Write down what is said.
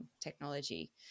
technology